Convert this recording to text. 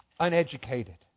uneducated